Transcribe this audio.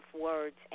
words